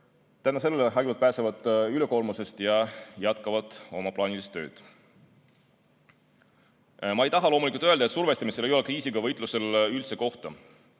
Tänu sellele haiglad pääsevad ülekoormusest ja jätkavad oma plaanilist tööd. Ma ei taha loomulikult öelda, et survestamisel ei ole kriisiga võitlusel üldse kohta.